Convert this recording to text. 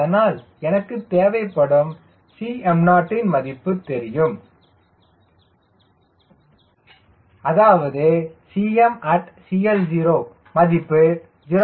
அதனால் எனக்கு தேவைப்படும் Cmo ன் மதிப்பு தெரியும் அதாவது at CL0 மதிப்பு 0